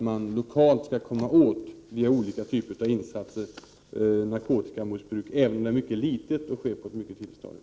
Man skall lokalt via olika typer av insatser komma åt narkotikamissbruk, även om det är mycket litet och sker på ett tidigt stadium.